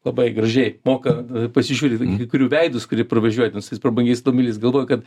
labai gražiai moka a pasižiūri į kurių veidus kurie pravažiuoja ten su tais prabangiais automobiliais galvoji kad